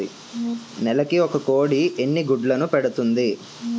నెలకి ఒక కోడి ఎన్ని గుడ్లను పెడుతుంది?